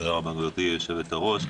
תודה רבה, גברתי היושבת בראש.